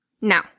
Now